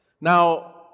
Now